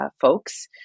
folks